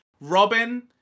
robin